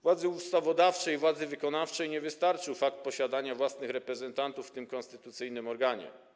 Władzy ustawodawczej i władzy wykonawczej nie wystarczył fakt posiadania własnych reprezentantów w tym konstytucyjnym organie.